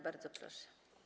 Bardzo proszę.